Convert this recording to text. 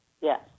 Yes